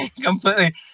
Completely